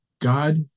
God